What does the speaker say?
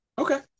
Okay